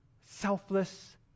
Selfless